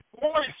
voice